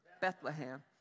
Bethlehem